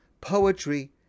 Poetry